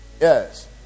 Yes